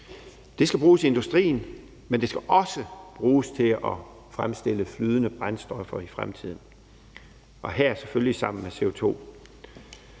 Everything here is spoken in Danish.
Det skal bruges i industrien, men det skal også bruges til at fremstille flydende brændstoffer i fremtiden, her selvfølgelig sammen med CO2.